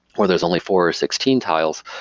where there's only four or sixteen tiles,